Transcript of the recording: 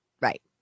Right